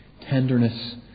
tenderness